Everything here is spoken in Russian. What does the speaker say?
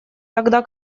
тогда